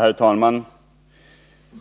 Herr talman!